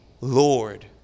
Lord